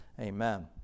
Amen